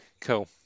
cool